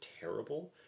terrible